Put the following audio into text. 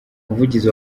umuvugizi